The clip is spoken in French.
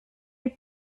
est